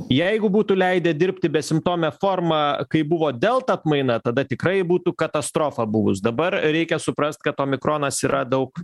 jeigu būtų leidę dirbti besimptome forma kai buvo delta atmaina tada tikrai būtų katastrofa buvus dabar reikia suprast kad omikronas yra daug